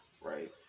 right